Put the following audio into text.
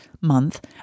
month